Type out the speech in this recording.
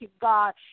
god